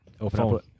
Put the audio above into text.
Open